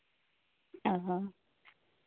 ᱚ